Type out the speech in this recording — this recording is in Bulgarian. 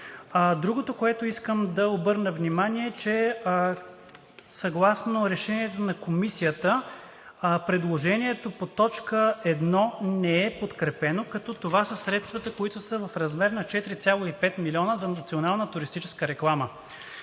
Другото, на което искам да обърна внимание, е, че съгласно решението на Комисията предложението по т. 1 не е подкрепено, като това са средствата, които са в размер на 4,5 милиона за национална туристическа реклама.